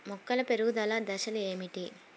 మొక్కల పెరుగుదల దశలు ఏమిటి?